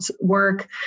work